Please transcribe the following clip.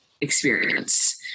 experience